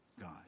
god